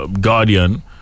Guardian